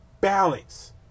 balance